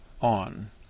On